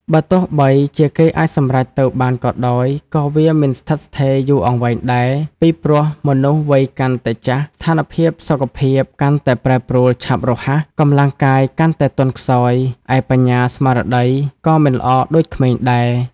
បើទោះបីជាគេអាចសម្រេចទៅបានក៏ដោយ ក៏វាមិនស្ថិតស្ថេរយូរអង្វែងដែរ ពីព្រោះ មនុស្សវ័យកាន់តែចាស់ស្ថានភាពសុខភាពកាន់តែប្រែប្រួលឆាប់រហ័ស កម្លាំងកាយកាន់តែទន់ខ្សោយ ឯបញ្ញា ស្មារតី ក៏មិនល្អដូចក្មេងដែរ។